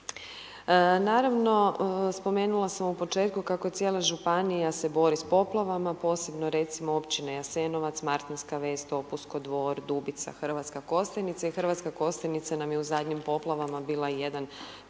Naravno, spomenula sam u početku kako je cijela županija se bori s poplavama, posebno recimo općine Jasenovac, Martinska Ves, Topusko, Dvor, Dubica, Hrv. Kostajnica i Hrv. Kostajnica nam je u zadnjim poplavama bila jedan